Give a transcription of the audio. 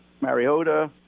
Mariota